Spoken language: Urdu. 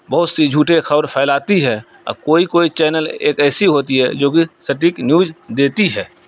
بہت سی جھوٹے خبر پھیلاتی ہے اب کوئی کوئی چینل ایک ایسی ہوتی ہے جو کہ سٹیک نیوج دیتی ہے